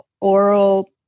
oral